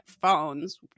phones